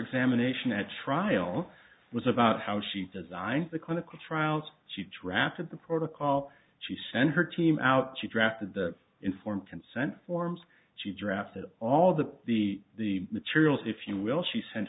examination at trial was about how she designed the clinical trials she drafted the protocol she sent her team out she drafted the informed consent forms she drafted all the the the materials if you will she sent